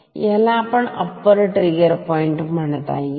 ह्याला upper trigger point म्हणता येईल